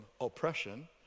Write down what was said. oppression